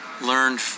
learned